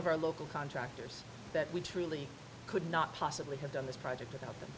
of our local contractors that we truly could not possibly have done this project without them